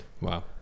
Wow